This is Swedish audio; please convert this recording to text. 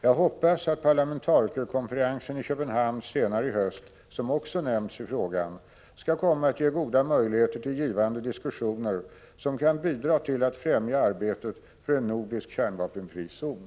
Jag hoppas att parlamentarikerkonferensen i Köpenhamn senare i höst, som också nämns i frågan, skall komma att ge goda möjligheter till givande diskussioner som kan bidra till att främja arbetet för en nordisk kärnvapenfri zon.